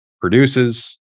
produces